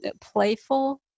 playful